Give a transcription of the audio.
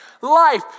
life